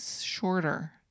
shorter